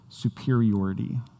superiority